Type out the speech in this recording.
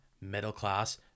middle-class